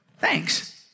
thanks